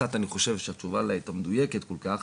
וקצת אני חושב שהתשובה לא הייתה מדויקת כל כך.